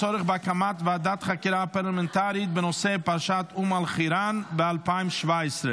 הצורך בהקמת ועדת חקירה פרלמנטרית בנושא פרשת אום אל-חיראן ב-2017.